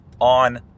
on